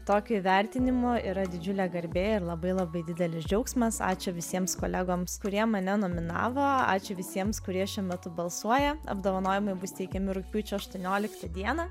tokio įvertinimo yra didžiulė garbė ir labai labai didelis džiaugsmas ačiū visiems kolegoms kurie mane nominavo ačiū visiems kurie šiuo metu balsuoja apdovanojimai bus teikiami rugpjūčio aštuonioliktą dieną